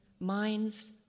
minds